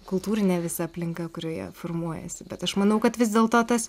kultūrinė visa aplinka kurioje formuojasi bet aš manau kad vis dėl to tas